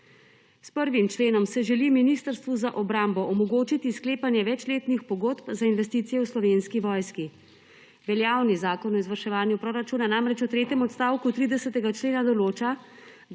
S 1. členom se želi Ministrstvu za obrambo omogočiti sklepanje večletnih pogodb za investicije v Slovenski vojski. Veljavni zakon o izvrševanju proračuna namreč v tretjem odstavku 30. člena določa,